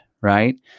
right